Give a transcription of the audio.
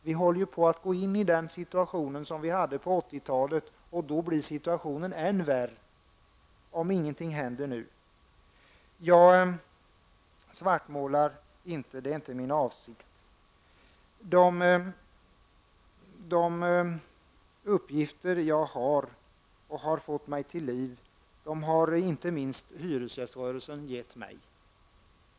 Vi håller på att få den situation som vi hade på 80 talet, och det blir än värre om ingenting händer nu. Jag svartmålar inte; det är inte min avsikt. De uppgifter jag fått har inte minst hyresgäströrelsen gett mig.